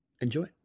Enjoy